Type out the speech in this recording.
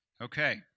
Okay